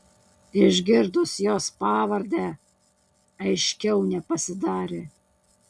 išgirdus jos pavardę aiškiau nepasidarė